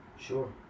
Sure